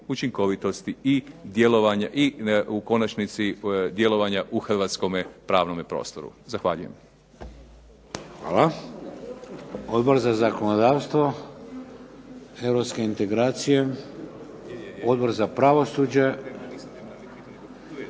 učinkovitosti i u konačnici djelovanja u hrvatskom pravnome prostoru. Zahvaljujem.